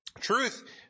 Truth